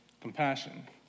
compassion